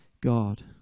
God